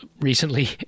recently